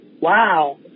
wow